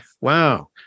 wow